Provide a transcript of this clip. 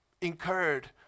incurred